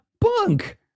Bunk